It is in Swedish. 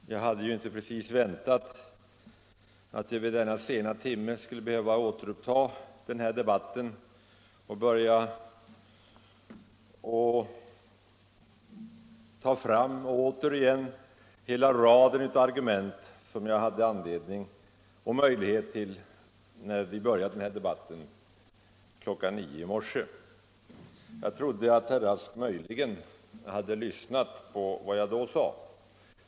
Herr talman! Jag hade inte precis väntat att jag vid denna sena timme återigen skulle behöva ta fram hela raden av argument som jag hade anledning och möjlighet att framföra när vi började debatten kl. 9 i morse. Jag trodde att herr Rask möjligen hade lyssnat till vad jag då sade.